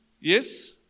Yes